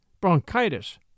bronchitis